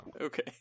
Okay